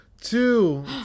two